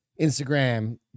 instagram